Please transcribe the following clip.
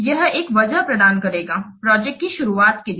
यह एक वजह प्रदान करेगा प्रोजेक्ट की शुरुआत के लिए